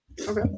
Okay